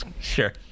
sure